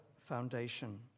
foundation